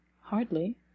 hardly